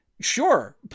Sure